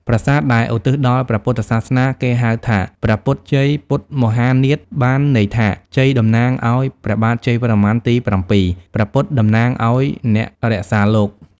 ប្រាសាទដែលឧទ្ទិសដល់ព្រះពុទ្ធសាសនា គេហៅថា ព្រះពុទ្ធជ័យពុទ្ធមហានាថ បានន័យថា ជ័យតំណាងឱ្យព្រះបាទជ័យវរ្ម័នទី៧ ព្រះពុទ្ធតំណាងឱ្យអ្នករក្សាលោក ។